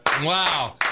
Wow